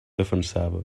defensava